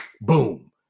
Boom